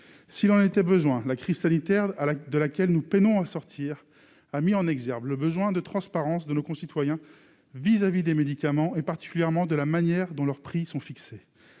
s'il en était besoin, la crise sanitaire à l'acte de laquelle nous peinons à sortir, a mis en exergue le besoin de transparence, de nos concitoyens vis-à-vis des médicaments, et particulièrement de la manière dont leurs prix sont fixés